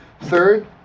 Third